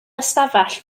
ystafell